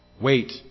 Wait